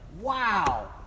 wow